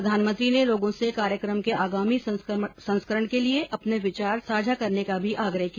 प्रधानमंत्री ने लोगों से कार्यक्रम के आगामी संस्करण के लिए अपने विचार साझा करने का भी आग्रह किया